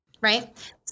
Right